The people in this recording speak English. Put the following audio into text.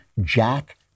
jack